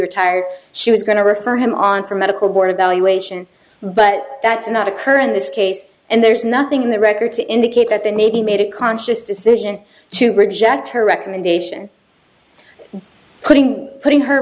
retired she was going to refer him on for medical board evaluation but that does not occur in this case and there is nothing in the record to indicate that there may be made a conscious decision to reject her recommendation putting putting her